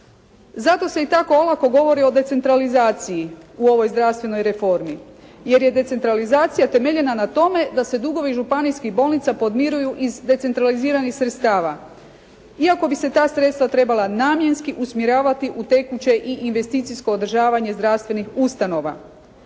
Zato se i tako olako govori o decentralizaciji u ovoj zdravstvenoj reformi, jer je decentralizacija temeljena na tome da se dugovi županijskih bolnica podmiruju iz decentraliziranih sredstava, iako bi se ta sredstva trebala namjenski usmjeravati u tekuće i investicijsko održavanje zdravstvenih ustanova.